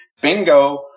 bingo